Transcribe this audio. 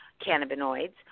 cannabinoids